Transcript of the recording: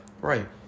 Right